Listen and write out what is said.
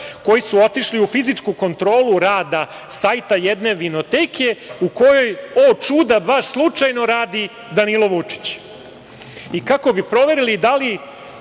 koji su otišli u fizičku kontrolu rada sajta jedne vinoteke u kojoj, o čuda, baš slučajno radi Danilo Vučić, kako bi proverili da li,